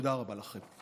ותודה רבה לכם.